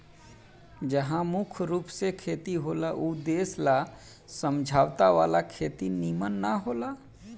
जहा मुख्य रूप से खेती होला ऊ देश ला समझौता वाला खेती निमन न होला